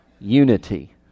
unity